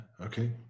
Okay